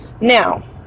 Now